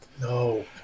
No